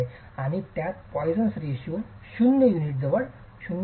आणि त्यात पॉईसनच्या रेशिओ Poisson's ratio 0 युनिट जवळ 0